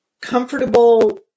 comfortable